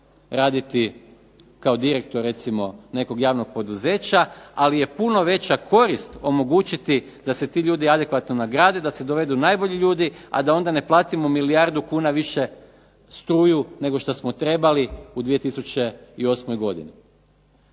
raditi kao direktor recimo nekog javnog poduzeća. Ali je puno veća korist omogućiti da se ti ljudi adekvatno nagrade, da se dovedu najbolji ljudi, a da onda ne platimo milijardu kuna više struju nego što smo trebali u 2008. godini.